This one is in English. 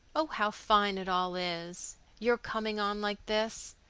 oh, how fine it all is, your coming on like this!